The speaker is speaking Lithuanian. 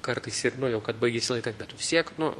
kartais ir nu jau kad baigiasi laikas bet tu vis tiek nu